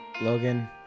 Logan